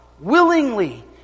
willingly